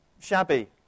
shabby